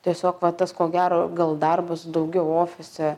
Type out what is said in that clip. tiesiog va tas ko gero gal darbas daugiau ofise